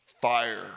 Fire